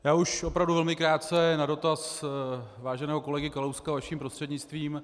Já už opravdu velmi krátce na dotaz váženého kolegy Kalouska vaším prostřednictvím.